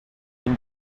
une